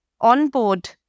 onboard